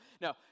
no